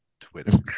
twitter